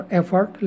effort